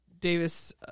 Davis